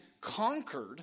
conquered